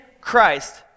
Christ